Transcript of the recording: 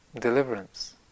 deliverance